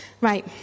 Right